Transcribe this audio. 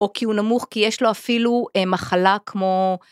או כי הוא נמוך, כי יש לו אפילו מחלה כמו...